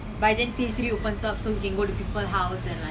I want to go out and dress up but I'm lazy to do it